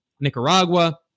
Nicaragua